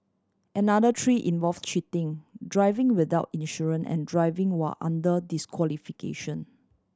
another three involve cheating driving without insurance and driving while under disqualification